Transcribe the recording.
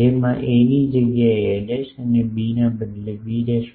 જેમાં એ ની જગ્યા એ અને બી ના બદલે બી હોય છે